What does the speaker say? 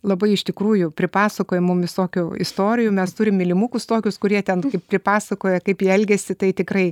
labai iš tikrųjų pripasakoja mum visokių istorijų mes turim mylimukus tokius kurie ten pripasakoja kaip jie elgiasi tai tikrai